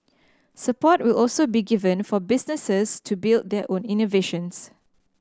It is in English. support will also be given for businesses to build their own innovations